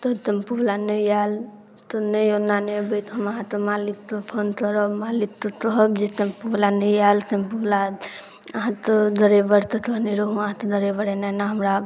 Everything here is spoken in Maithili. तऽ टेम्पोवला नहि आएल तऽ नहि ओना नहि होइत तऽ हम अहाँके मालिकके फोन करब मालिकके कहब जे टेम्पोवला नहि आएल टेम्पोवला अहाँके ड्राइवरके कहने रहौँ अहाँके ड्राइवर एन्ना एन्ना हमरा